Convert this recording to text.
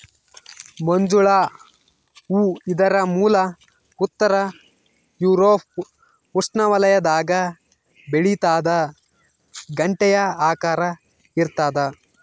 ಮಂಜುಳ ಹೂ ಇದರ ಮೂಲ ಉತ್ತರ ಯೂರೋಪ್ ಉಷ್ಣವಲಯದಾಗ ಬೆಳಿತಾದ ಗಂಟೆಯ ಆಕಾರ ಇರ್ತಾದ